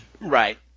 right